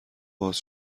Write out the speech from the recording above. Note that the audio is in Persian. باز